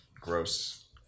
gross